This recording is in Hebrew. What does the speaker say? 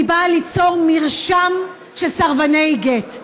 היא באה ליצור מרשם של סרבני גט.